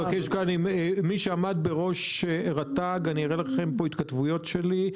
מי שעמד בראש רט"ג, אני אראה לכם התכתבויות שלי.